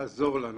שתעזור לנו